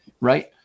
right